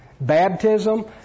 baptism